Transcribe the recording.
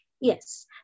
Yes